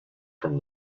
from